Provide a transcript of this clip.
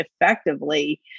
effectively